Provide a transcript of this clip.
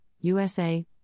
USA